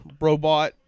robot